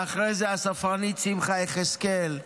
ואחרי זה הספרנית שמחה יחזקאל,